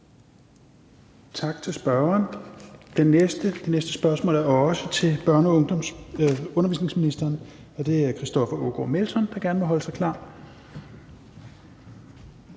Tak til spørgeren. Det næste spørgsmål er også til børne- og undervisningsministeren, og det er af hr. Christoffer Aagaard Melson, der gør sig klar.